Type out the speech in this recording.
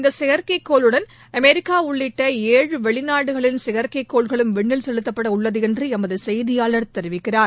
இந்த செயற்கைக்கோளுடன் அமெரிக்கா உள்ளிட்ட ஏழு வெளி நாடுகளின் செயற்கைக்கோள்களும் விண்ணில் செலுத்தப்பட உள்ளது என்று எமது செய்தியாளர் தெரிவிக்கிறார்